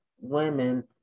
women